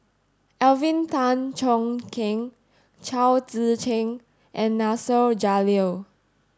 Alvin Tan Cheong Kheng Chao Tzee Cheng and Nasir Jalil